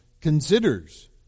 considers